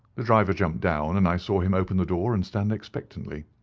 the driver jumped down, and i saw him open the door and stand expectantly.